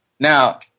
Now